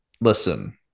listen